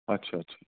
اچھا اچھا